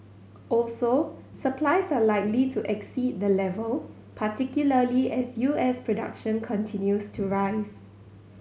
also supplies are likely to exceed the level particularly as U S production continues to rise